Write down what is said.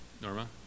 Norma